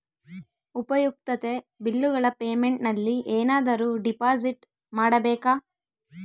ಉಪಯುಕ್ತತೆ ಬಿಲ್ಲುಗಳ ಪೇಮೆಂಟ್ ನಲ್ಲಿ ಏನಾದರೂ ಡಿಪಾಸಿಟ್ ಮಾಡಬೇಕಾ?